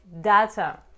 data